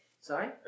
Sorry